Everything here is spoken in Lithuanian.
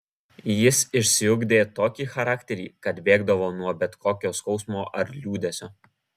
jis išsiugdė tokį charakterį kad bėgdavo nuo bet kokio skausmo ar liūdesio